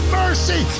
mercy